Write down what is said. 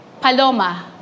Paloma